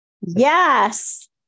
Yes